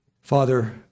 Father